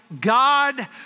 God